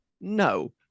no